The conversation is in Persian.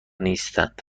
نیستند